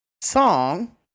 song